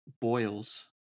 Boils